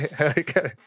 Okay